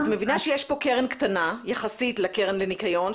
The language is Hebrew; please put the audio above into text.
אז את מבינה שיש פה קרן קטנה יחסית לקרן לניקיון,